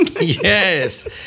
yes